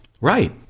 Right